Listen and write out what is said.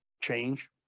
change